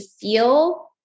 feel